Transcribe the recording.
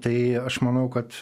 tai aš manau kad